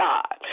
God